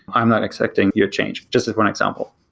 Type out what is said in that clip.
i'm not accepting your change, just as one example.